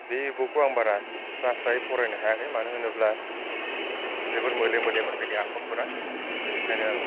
बे बुकखौ आं बारा स्रा स्रायै फरायनो हायाखै मानो होनोब्ला जोबोर मोले मोलेमोन बेनि आखरफोरा बेनिखायनो आं